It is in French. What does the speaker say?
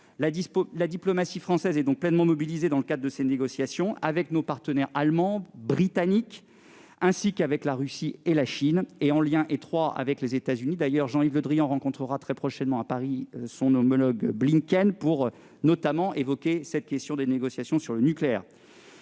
La diplomatie française est donc pleinement mobilisée dans le cadre de ces négociations avec nos partenaires allemands et britanniques, ainsi qu'avec la Russie et la Chine et en lien étroit avec les États-Unis. Jean-Yves Le Drian rencontrera très prochainement à Paris son homologue américain, Antony Blinken, pour évoquer notamment la question des négociations sur le nucléaire.